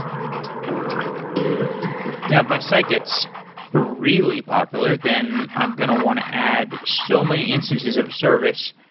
um yeah my site gets really popular, then i'm going to want to add so many instances of service,